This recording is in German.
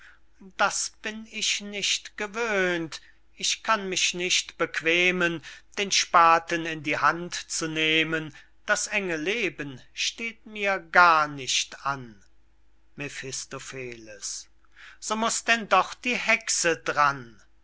das bin ich nicht gewöhnt ich kann mich nicht bequemen den spaten in die hand zu nehmen das enge leben steht mir gar nicht an mephistopheles so muß denn doch die hexe dran